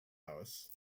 house